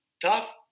Tough